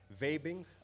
Vaping